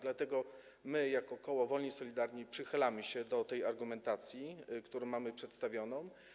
Dlatego my jako koło Wolni i Solidarni przychylamy się do tej argumentacji, którą mamy przedstawioną.